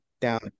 down